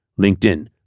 LinkedIn